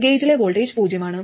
ഗേറ്റിലെ voltage പൂജ്യമാണ്